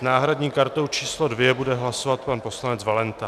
S náhradní kartou číslo 2 bude hlasovat pan poslanec Valenta.